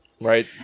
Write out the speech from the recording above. right